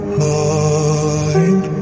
mind